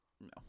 No